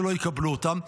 שלא יקבלו אותם.